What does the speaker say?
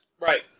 right